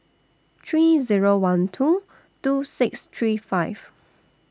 three Zero one two two six three five